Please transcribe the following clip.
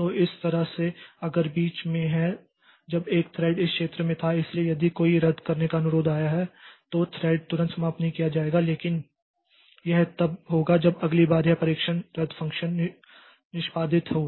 तो इस तरह से अगर बीच में है जब एक थ्रेड इस क्षेत्र में था इसलिए यदि कोई रद्द करने का अनुरोध आया है तो थ्रेड तुरंत समाप्त नहीं किया जाएगा लेकिन यह तब होगा जब अगली बार यह परीक्षण रद्द फ़ंक्शन निष्पादित हो